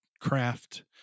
craft